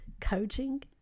coaching